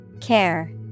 Care